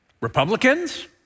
Republicans